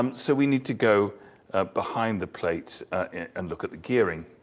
um so we need to go ah behind the plates and look at the gearing.